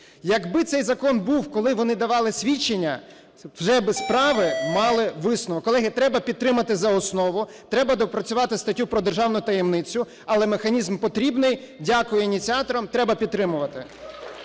Якби цей закон був, коли вони давали свідчення, вже би справи мали висновок. Колеги, треба підтримати за основу. Треба доопрацювати статтю про державну таємницю. Але механізм потрібний. Дякую ініціаторам, треба підтримувати.